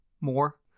more